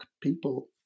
people